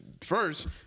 first